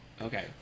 Okay